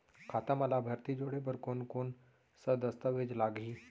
खाता म लाभार्थी जोड़े बर कोन कोन स दस्तावेज लागही?